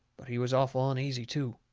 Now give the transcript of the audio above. but he was awful uneasy too.